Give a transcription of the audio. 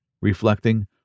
reflecting